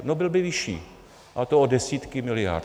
No byl by vyšší, a to o desítky miliard.